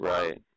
Right